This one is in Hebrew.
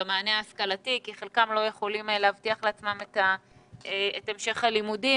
המענה ההשכלתי כי חלקם לא יכולים להבטיח לעצמם את המשך הלימודים,